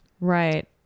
Right